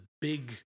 big